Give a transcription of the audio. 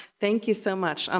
thank you so much. um